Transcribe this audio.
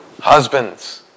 husbands